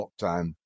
lockdown